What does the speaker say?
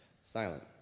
silent